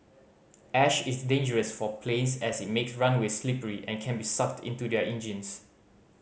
ash is dangerous for planes as it makes runways slippery and can be sucked into their engines